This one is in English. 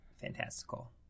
fantastical